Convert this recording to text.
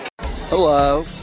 Hello